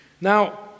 Now